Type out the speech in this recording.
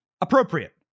appropriate